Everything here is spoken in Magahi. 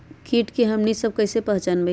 किट के हमनी सब कईसे पहचान बई?